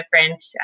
different